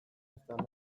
izana